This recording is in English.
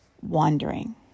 wandering